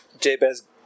Jabez